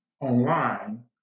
online